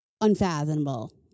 unfathomable